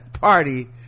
party